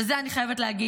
ואת זה אני חייבת להגיד,